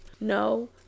no